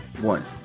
one